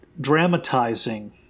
dramatizing